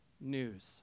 news